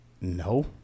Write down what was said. No